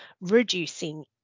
reducing